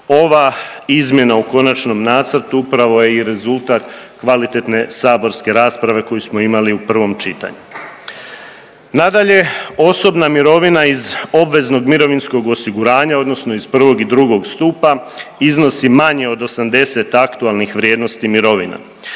Ova izmjena u konačnom nacrtu upravo je i rezultat kvalitetne saborske rasprave koju smo imali u prvom čitanju. Nadalje, osobna mirovina iz obveznog mirovinskog osiguranja odnosno iz prvog i drugom stupa iznosi manje od 80 aktualnih vrijednosti mirovina.